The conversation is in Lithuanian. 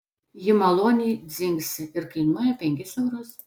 ji maloniai dzingsi ir kainuoja penkis eurus